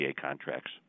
contracts